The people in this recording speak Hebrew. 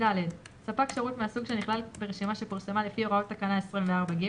(ד) ספק שירות מהסוג שנכלל ברשימה שפורסמה לפי הוראות תקנה 24(ג),